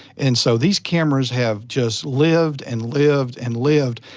and so, these cameras have just lived, and lived, and lived,